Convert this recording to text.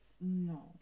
No